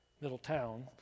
Middletown